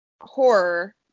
horror